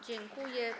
Dziękuję.